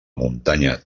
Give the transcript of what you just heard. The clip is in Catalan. muntanya